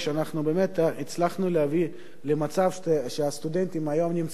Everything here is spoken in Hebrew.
אנחנו באמת הצלחנו להביא למצב שהסטודנטים היום נמצאים